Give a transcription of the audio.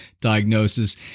diagnosis